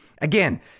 Again